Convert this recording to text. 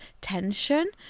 tension